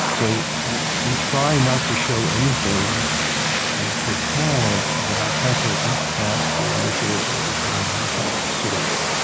so we try not to show anything to a client that hasn't at least past the initial, what they call a knockout search,